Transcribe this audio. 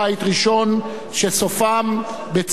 שסופם בצום תשעה באב,